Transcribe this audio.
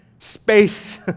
space